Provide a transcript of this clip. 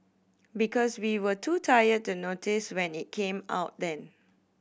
because we were too tired to notice when it came out then